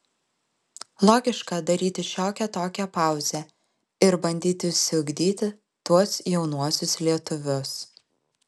logiška daryti šiokią tokią pauzę ir bandyti išsiugdyti tuos jaunuosius lietuvius